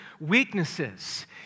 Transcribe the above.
weaknesses